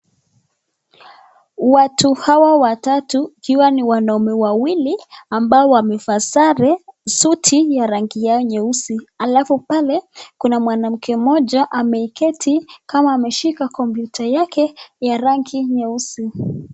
Watu hawa watatu wakiwa ni wanaume wawili ambao wamevaa suti ya rangi yao nyeusi alafu pale kuna mwanamke mmoja ameketi kama ameshika kompyuta yake ya rangi nyeusi.